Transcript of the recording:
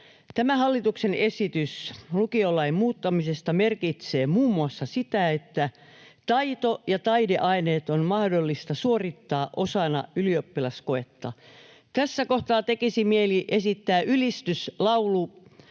Tämä hallituksen esitys lukiolain muuttamisesta merkitsee muun muassa sitä, että taito‑ ja taideaineet on mahdollista suorittaa osana ylioppilaskoetta. Tässä kohtaa tekisi mieli esittää ylistyslaulu